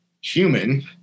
human